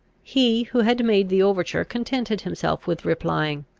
he who had made the overture contented himself with replying,